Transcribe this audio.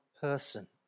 person